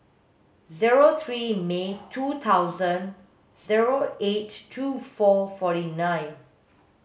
zero three May two thousand zero eight two four forty nine